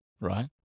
right